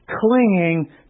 clinging